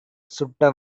சுட்ட